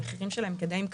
המחירים שלה כדאיים כלכלית.